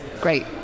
great